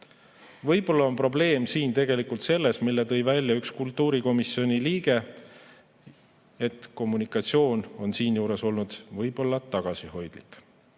Võib-olla on probleem siin tegelikult selles, mille tõi välja üks kultuurikomisjoni liige, et kommunikatsioon on siinjuures olnud tagasihoidlik.